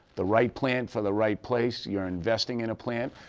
the right plant for the right place, you're investing in a plant,